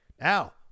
now